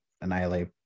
annihilate